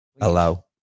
allow